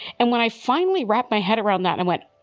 and when i finally wrap my head around that and went,